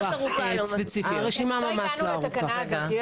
עוד לא הגענו לתקנה הזו.